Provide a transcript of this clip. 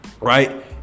right